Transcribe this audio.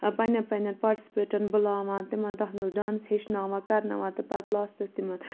پَنٕنٮ۪ن پَنٕنٮ۪ن پارٹِسیپیٹن بُلاوان تِمن تَتھ منٛز ڈانٕس ہیٚچھناوان کرناوان تہٕ پَتہٕ لاسٹَس تِمن